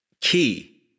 key